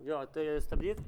jo tai stabdyt